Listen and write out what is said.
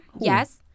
Yes